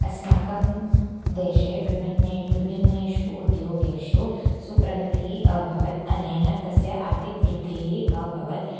अस्माकं देशे विभिन्नेषु विभिन्नेषु उद्योगेषु सुप्रगतिः अभवत् अनेन तस्य आर्थिकवृद्धिः अभवत्